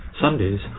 Sundays